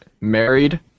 married